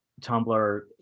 Tumblr